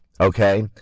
okay